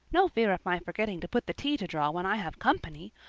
no fear of my forgetting to put the tea to draw when i have company.